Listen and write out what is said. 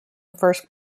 first